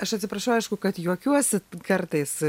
aš atsiprašau aišku kad juokiuosi kartais